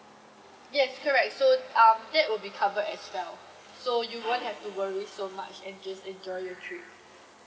yes correct so um that will be covered as well so you won't have to worry so much and just enjoy your trip